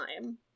time